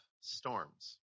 storms